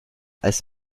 als